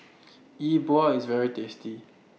Yi Bua IS very tasty